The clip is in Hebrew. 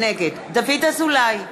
נגד דוד אזולאי,